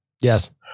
Yes